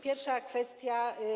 Pierwsza kwestia.